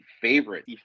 favorite